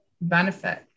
benefit